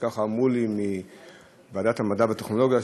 ככה אמרו לי בוועדת המדע והטכנולוגיה,